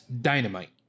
dynamite